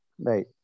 right